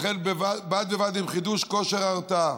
לכן, בד בבד עם חידוש כושר ההרתעה,